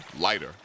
lighter